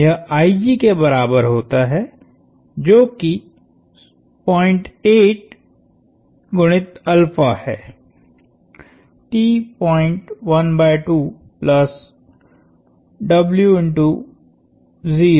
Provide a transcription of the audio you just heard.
यहके बराबर होता है जो कि 08 गुणितहै